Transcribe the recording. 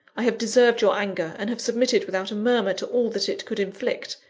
i have deserved your anger, and have submitted without a murmur to all that it could inflict.